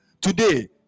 Today